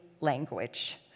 language